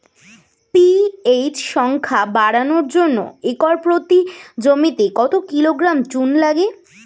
PH সংখ্যা বাড়ানোর জন্য একর প্রতি জমিতে কত কিলোগ্রাম চুন লাগে?